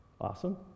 awesome